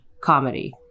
comedy